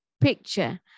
picture